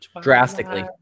drastically